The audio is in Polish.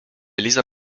liza